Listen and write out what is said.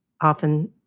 often